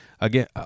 Again